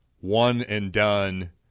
one-and-done